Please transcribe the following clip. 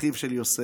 אחיו של יוסף.